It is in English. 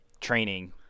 training